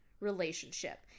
relationship